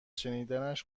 شنیدنش